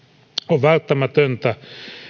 on välttämätöntä